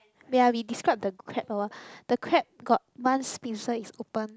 ya we describe the crab awhile the crab got one pincer is open